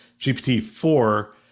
GPT-4